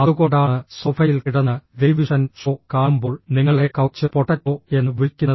അതുകൊണ്ടാണ് സോഫയിൽ കിടന്ന് ടെലിവിഷൻ ഷോ കാണുമ്പോൾ നിങ്ങളെ കൌച്ച് പൊട്ടറ്റോ എന്ന് വിളിക്കുന്നത്